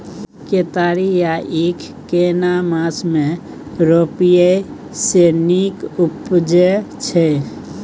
केतारी या ईख केना मास में रोपय से नीक उपजय छै?